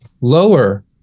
lower